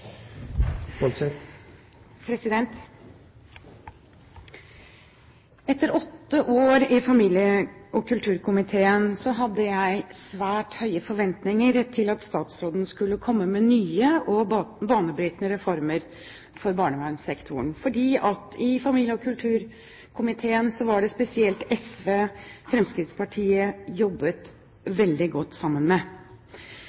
Etter åtte år i familie- og kulturkomiteen, hadde jeg svært høye forventninger til at statsråden skulle komme med nye og banebrytende reformer for barnevernssektoren, fordi i familie- og kulturkomiteen var det spesielt SV Fremskrittspartiet jobbet